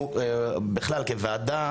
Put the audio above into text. אנחנו בכלל כוועדה,